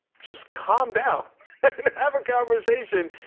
just calm down, and have a conversation.